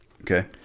okay